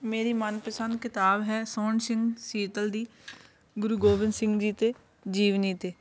ਮੇਰੀ ਮਨਪਸੰਦ ਕਿਤਾਬ ਹੈ ਸੋਹਣ ਸਿੰਘ ਸੀਤਲ ਦੀ ਗੁਰੂ ਗੋਬਿੰਦ ਸਿੰਘ ਜੀ 'ਤੇ ਜੀਵਨੀ 'ਤੇ